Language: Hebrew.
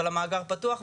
אבל המאגר פתוח,